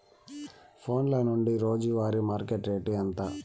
ఫోన్ల నుండి రోజు వారి మార్కెట్ రేటు ఎంత?